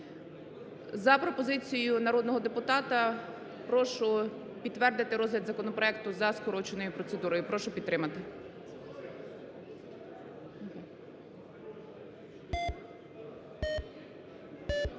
За пропозицією народного депутата, прошу підтвердити розгляд законопроекту за скороченою процедурою, прошу підтримати.